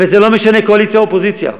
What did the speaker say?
וזה לא משנה קואליציה או אופוזיציה,